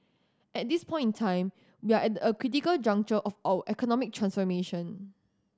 at this point in time we are at a critical juncture of our economic transformation